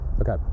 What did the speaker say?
Okay